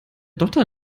dotter